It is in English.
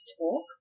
talk